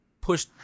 push